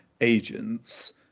agents